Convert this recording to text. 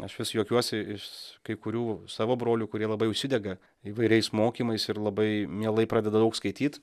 aš vis juokiuosi iš kai kurių savo brolių kurie labai užsidega įvairiais mokymais ir labai mielai pradeda daug skaityt